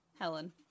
Helen